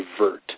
divert